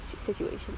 situation